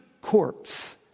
corpse